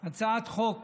הצעת חוק